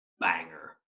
banger